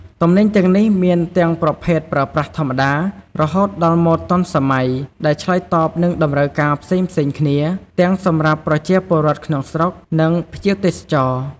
ទំនិញទាំងនេះមានទាំងប្រភេទប្រើប្រាស់ធម្មតា រហូតដល់ម៉ូដទាន់សម័យ ដែលឆ្លើយតបនឹងតម្រូវការផ្សេងៗគ្នា ទាំងសម្រាប់ប្រជាពលរដ្ឋក្នុងស្រុក និងភ្ញៀវទេសចរ។